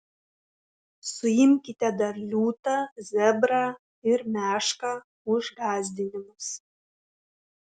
suimkite dar liūtą zebrą ir mešką už gąsdinimus